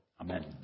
Amen